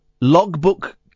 logbook